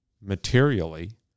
materially